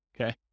okay